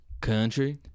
Country